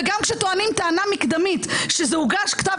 וגם כשטוענים טענה מקדמית שזה הוגש כתב